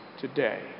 today